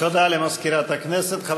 הצעת חוק